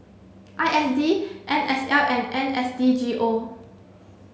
I S D N S L and N S D G O